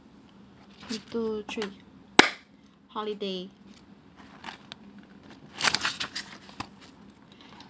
one two three holiday